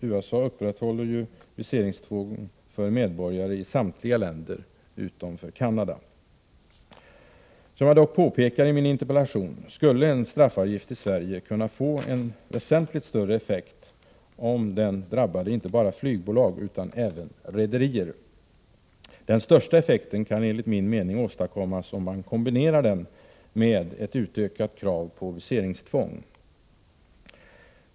USA upprätthåller ju viseringstvång för medborgare i samtliga länder utom i Canada. Som jag påpekar i min interpellation skulle en straffavgift i Sverige kunna få väsentligt större effekt om den drabbade inte bara flygbolag utan även rederier. Den största effekten kan enligt min mening åstadkommas om man kombinerar åtgärden med ett utökat krav på viseringstvång.